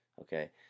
Okay